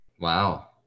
Wow